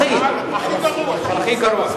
זה הכי גרוע.